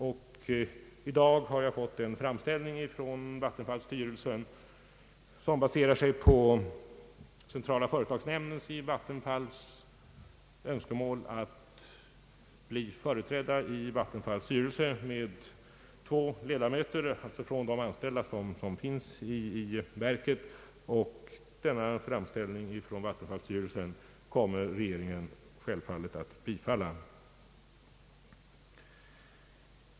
Jag har nämligen i dag fått en framställning från vattenfallsverket som baserar sig på centrala företagsnämndens i Vattenfall önskemål att bli företrädd i Vattenfalls styrelse med två ledamöter representerande de anställda i verket. Denna framställning kommer regeringen självklart att bifalla.